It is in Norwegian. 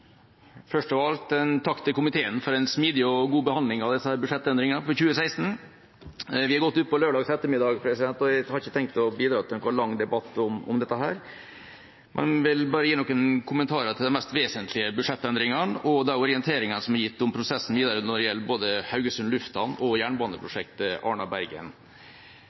Først av alt en takk til komiteen for en smidig og god behandling av budsjettendringene for 2016. Vi er godt utpå lørdags ettermiddag, og jeg har ikke tenkt å bidra til noen lang debatt om dette, men vil bare gi noen kommentarer til de mest vesentlige budsjettendringene og den orienteringen som er gitt om prosessen videre når det gjelder både Haugesund lufthavn og jernbaneprosjektet